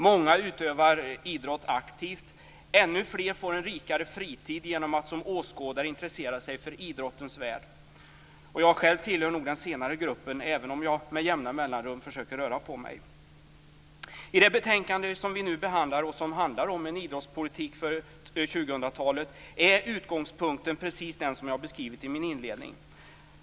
Många utövar idrott aktivt; ännu fler får en rikare fritid genom att som åskådare intressera sig för idrottens värld. Jag själv tillhör nog den senare gruppen, även om jag med jämna mellanrum försöker röra på mig. I det betänkande vi nu behandlar, som handlar om en idrottspolitik för 2000-talet, är utgångspunkten precis den som jag har beskrivit i min inledning.